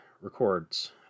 records